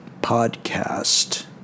podcast